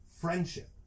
friendship